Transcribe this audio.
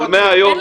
--- אבל מהיום,